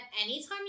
anytime